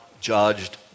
judged